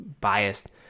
biased